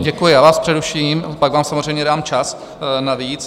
Děkuji, já vás přeruším, pak vám samozřejmě dám čas navíc.